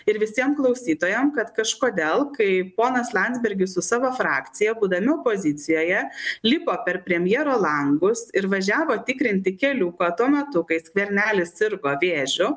ir visiem klausytojam kad kažkodėl kai ponas landsbergis su savo frakcija būdami opozicijoje lipo per premjero langus ir važiavo tikrinti keliuko tuo metu kai skvernelis sirgo vėžiu